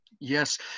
Yes